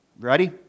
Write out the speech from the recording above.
Ready